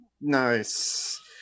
nice